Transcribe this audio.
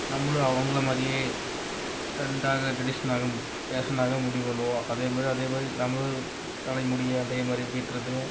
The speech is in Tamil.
நம்மளும் அவங்களை மாதிரியே டிரெண்டாக டிரெடிஷ்னாகும் ஃப் ஃபேஷனாக முடிவு பண்ணுவோம் அதே மாதிரி அதே மாதிரி நம்மளும் தலை முடியை அதே மாதிரி வெட்டுறதும்